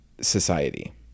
society